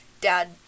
dad